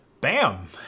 bam